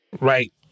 Right